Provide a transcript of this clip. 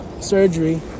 surgery